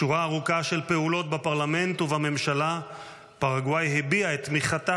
בשורה ארוכה של פעולות בפרלמנט ובממשלה פרגוואי הביעה את תמיכתה